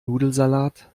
nudelsalat